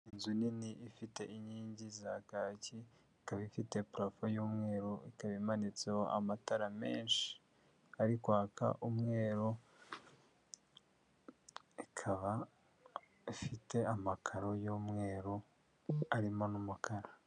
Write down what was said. inzu nini ifite inkingi za kaki ikaba ifite profe y'umweru ikaba imanitseho amatara menshi ari kwaka umweru ikaba ifite amakaro y'umweru arimo n'umukara.